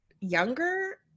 younger